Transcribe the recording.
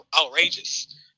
outrageous